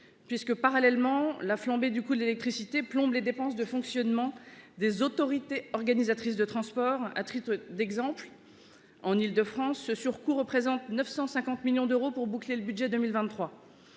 puisque la flambée du coût de l'électricité plombe les dépenses de fonctionnement des autorités organisatrices de transports. À titre d'exemple, en Île-de-France, ce surcoût représente 950 millions d'euros pour boucler le budget de 2023.